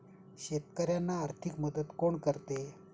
शेतकऱ्यांना आर्थिक मदत कोण करते?